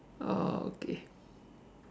oh okay